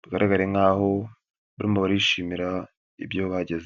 bagaragare nkaho barimo barishimira ibyo bagezeho.